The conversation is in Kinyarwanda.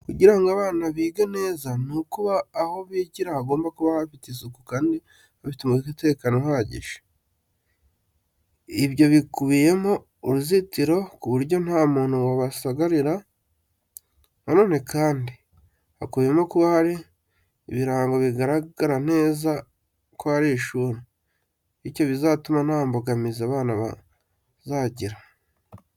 Kugira ngo abana bige neza, nuko aho bigira hagomba kuba hafite isuku kandi hafite umutekano uhagije. Ibyo bikubiyemo uruzitiro ku buryo nta muntu wabasagarira. Na none kandi hakubiyemo kuba hari ibirango bigaragara neza ko ari ishuri, bityo bizatuma nta mbogamizi abana bazagira.